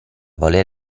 voler